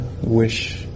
wish